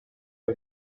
are